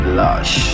lush